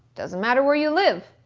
doesn't matter where you live.